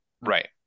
Right